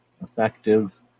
effective